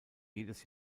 jedes